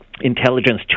intelligence